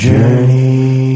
Journey